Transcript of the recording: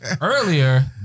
earlier